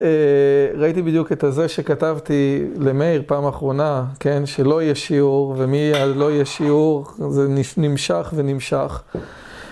ראיתי בדיוק את זה שכתבתי למאיר פעם אחרונה, כן, שלא יהיה שיעור ומי לא יהיה שיעור, זה נמשך ונמשך.